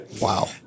Wow